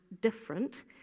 different